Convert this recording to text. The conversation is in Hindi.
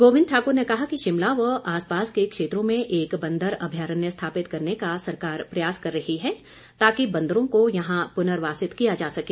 गोबिंद ठाकुर ने कहा कि शिमला व आसपास के क्षेत्रों में एक बंदर अभयरण्य स्थापित करने का सरकार प्रयास कर रही है ताकि बंदरों को यहां पुर्नवासित किया जा सके